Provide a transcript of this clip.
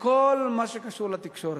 בכל מה שקשור לתקשורת.